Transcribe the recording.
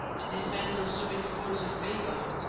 to dismantle so many folds of favour.